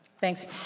Thanks